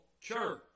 church